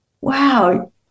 Wow